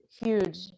huge